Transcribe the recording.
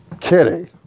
Kitty